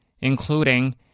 including